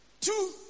two